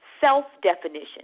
self-definition